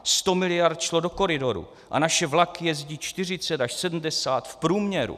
Sto miliard šlo do koridoru a naše vlaky jezdí 40 až 70 v průměru.